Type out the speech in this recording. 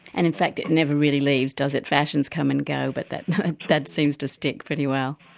and in fact it never really leaves, does it fashions come and go but that that seems to stick pretty well.